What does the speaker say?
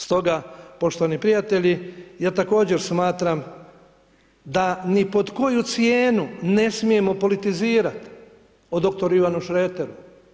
Stoga poštovani prijatelji, ja također smatram da ni pod koju cijenu ne smijemo politizirat o dr. Ivanu Šreteru.